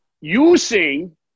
using